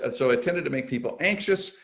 and so, it tended to make people anxious,